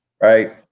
right